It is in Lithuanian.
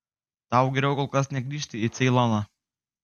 tau geriau kol kas negrįžti į ceiloną